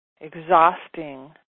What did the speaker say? exhausting